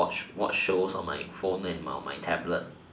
watch watch shows on my phone and on my tablet